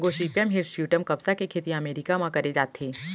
Gossypium hirsutum कपसा के खेती अमेरिका म करे जाथे